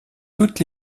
toutes